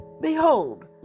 Behold